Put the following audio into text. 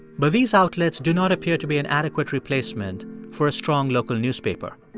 but these outlets do not appear to be an adequate replacement for a strong local newspaper.